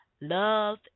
Love